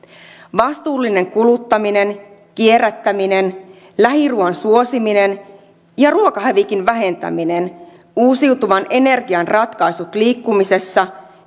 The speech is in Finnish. vastuullinen kuluttaminen kierrättäminen lähiruuan suosiminen ja ruokahävikin vähentäminen uusiutuvan energian ratkaisut liikkumisessa